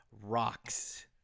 rocks